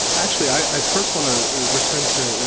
actually i first want to return to.